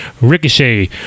Ricochet